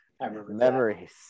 Memories